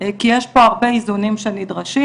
כי יש פה הרבה איזונים שנדרשים,